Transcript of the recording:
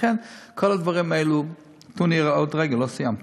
ולכן, כל הדברים האלה, תנו לי עוד רגע, לא סיימתי.